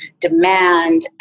demand